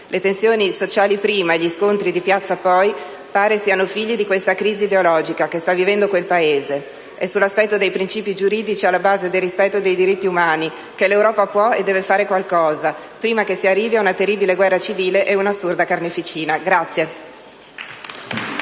Le tensioni sociali, prima, e gli scontri di piazza, poi, pare siano figli di questa «crisi ideologica» che sta vivendo quel Paese. È sull'aspetto dei principi giuridici alla base del rispetto dei diritti umani che L'Europa può e deve fare qualcosa prima che si arrivi a una terribile guerra civile e una assurda carneficina.